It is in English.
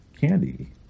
candy